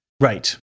Right